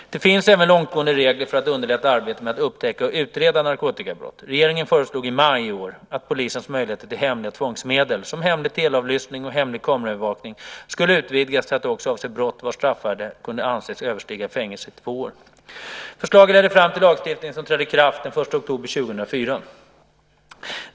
Det finns även långtgående regler för att underlätta arbetet med att upptäcka och utreda narkotikabrott. Regeringen föreslog i maj i år att polisens möjligheter till hemliga tvångsmedel, som hemlig teleavlyssning och hemlig kameraövervakning, skulle utvidgas till att också avse brott vars straffvärde kunde antas överstiga fängelse i två år. Förslaget ledde fram till lagstiftning som trädde i kraft den 1 oktober 2004.